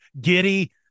giddy